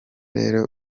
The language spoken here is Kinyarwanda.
rero